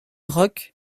roques